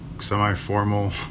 semi-formal